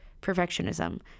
perfectionism